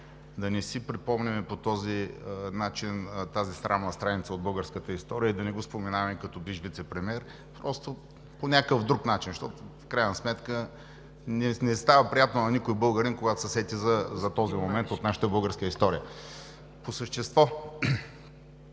да не си припомняме по този начин тази срамна страница от българската история и да не го споменаваме като бивш вицепремиер. Просто по някакъв друг начин, защото в крайна сметка не става приятно на никой българин, когато се сети за този момент от нашата българска история. ПРЕДСЕДАТЕЛ